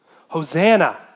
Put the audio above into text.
Hosanna